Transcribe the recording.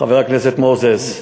חבר הכנסת מוזס,